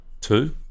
two